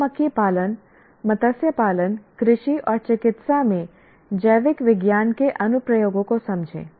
मधुमक्खीपालन मत्स्य पालन कृषि और चिकित्सा में जैविक विज्ञान के अनुप्रयोगों को समझें